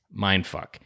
mindfuck